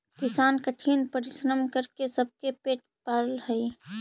किसान कठिन परिश्रम करके सबके पेट पालऽ हइ